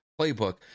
playbook